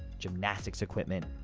gymnastics equipment,